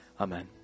Amen